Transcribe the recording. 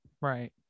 Right